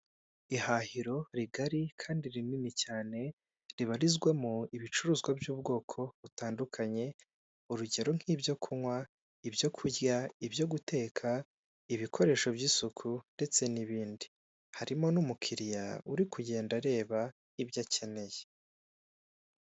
Ihahiro rigari kandi rinini cyane ribarizwamo ibicuruzwa by'ubwoko butandukanye urugero nk'ibyo kunywa ibyo kurya ibyo guteka ibikoresho by'isuku ndetse n'ibindi. Harimo n'umukiriya uri kugenda areba ibyo akeneye.